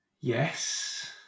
Yes